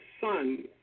son